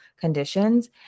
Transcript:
conditions